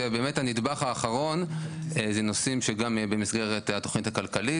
הנדבך האחרון זה נושאים שגם במסגרת התוכנית הכלכלית.